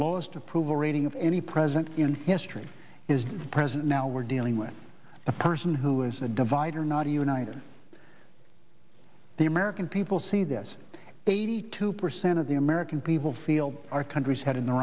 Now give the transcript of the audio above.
lowest approval rating of any president history is the president now we're dealing with a person who is a divider not a united the american people see this eighty two percent of the american people feel our country's head in the